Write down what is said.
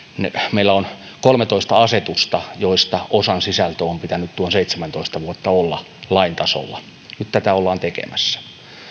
meillä on kolmetoista asetusta joista osan sisältö on pitänyt tuon seitsemäntoista vuotta olla lain tasolla nyt tätä ollaan tekemässä